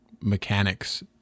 mechanics